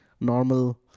normal